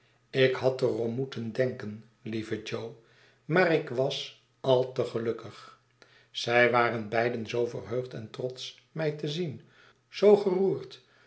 ik had er om moeten denken lieve jo maar ik was al te gelukkig zij waren beiden zoo verheugd en trotsch mij te zien zoo geroerd